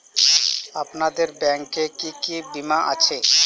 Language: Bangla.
আপনাদের ব্যাংক এ কি কি বীমা আছে?